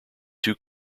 two